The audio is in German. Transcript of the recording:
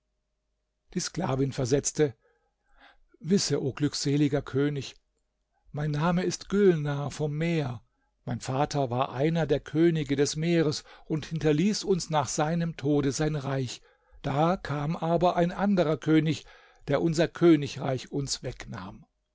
die sklavin versetzte wisse o glückseliger könig mein name ist gülnar vom meer mein vater war einer der könige des meeres und hinterließ uns nach seinem tode sein reich da kam aber ein anderer könig der unser königreich uns wegnahm